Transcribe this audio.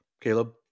Caleb